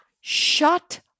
shut